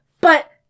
But-